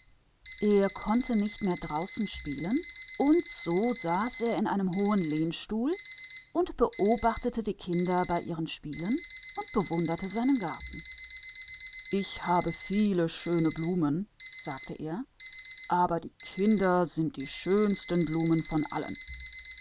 er konnte nicht mehr unten mit den kindern spielen und so saß er in seinem mächtigen armstuhl und sah ihnen zu und freute sich an seinem garten ich habe viele schöne blumen sagte er aber die allerschönsten blumen von allen